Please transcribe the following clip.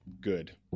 Good